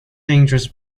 dangerous